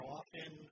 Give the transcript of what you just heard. often